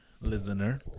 listener